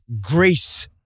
grace